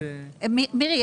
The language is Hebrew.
מירי,